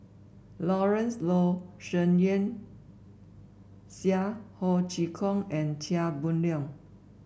Lawrence Wong Shyun Tsai Ho Chee Kong and Chia Boon Leong